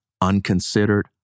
unconsidered